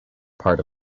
part